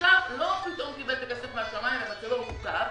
עכשיו לא פתאום קיבל את הכסף מהשמיים ומצבו הוטב,